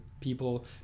people